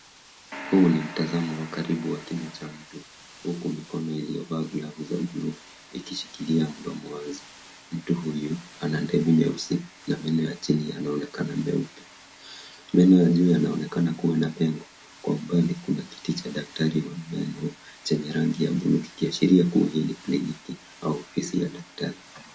Huu ni mtazamo wa karibu wa kinywa cha mtu, huku mikono iliyovaa glavu za buluu ikishikilia mdomo wazi. Mtu huyu ana ndevu nyeusi na meno ya chini yanaonekana meupe, meno ya juu yanaonekana kuwa na pengo. Kwa umbali kuna kiti cha daktari wa meno, chenye rangi ya buluu, kikiashiria kuwa hii ni kliniki au ofisi ya daktari.